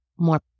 more